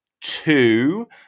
two